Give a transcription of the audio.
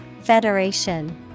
Federation